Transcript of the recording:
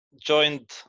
joined